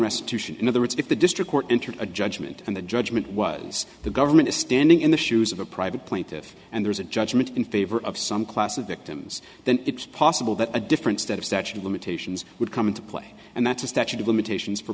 restitution in other words if the district court entered a judgment and the judgment was the government is standing in the shoes of a private plaintive and there's a judgment in favor of some class of victims then it's possible that a different set of statute of limitations would come into play and that a statute of limitations for